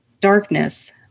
darkness